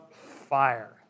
fire